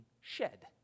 shed